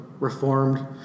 Reformed